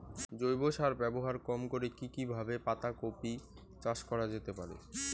জৈব সার ব্যবহার কম করে কি কিভাবে পাতা কপি চাষ করা যেতে পারে?